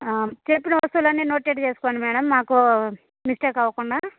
చెప్పిన వస్తువులన్నీ నోటెడ్ చేసుకోండి మేడం మాకు మిస్టేక్ అవకుండా